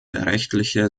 rechtliche